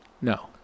No